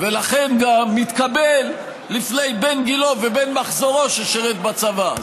ולכן גם מתקבל לפני בן גילו ובן מחזורו ששירת בצבא.